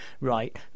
right